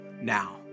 now